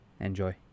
Enjoy